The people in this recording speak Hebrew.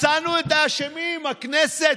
מצאנו את האשמים, הכנסת.